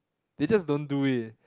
they just don't do it